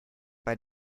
bei